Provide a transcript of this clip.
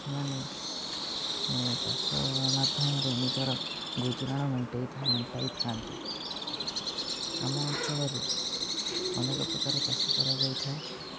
ସେମାନେ ଚାଷ ମାଧ୍ୟମରେ ନିଜର ଗୁଜୁରାଣ ମେଣ୍ଟେଇଥାନ୍ତି ମେଣ୍ଟାଇଥାନ୍ତି ଆମ ଅଞ୍ଚଳରେ ଅନେକ ପ୍ରକାର ଚାଷ କରାଯାଇଥାଏ